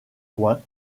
coin